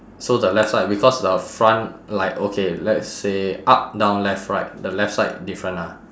so the left side because the front like okay let's say up down left right the left side different ah